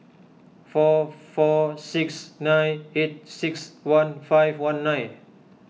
four four six nine eight six one five one nine